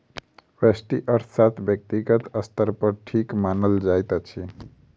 व्यष्टि अर्थशास्त्र व्यक्तिगत स्तर पर ठीक मानल जाइत अछि